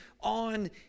on